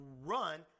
run